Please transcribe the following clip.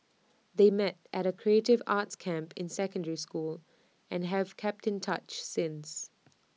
they met at A creative arts camp in secondary school and have kept in touch since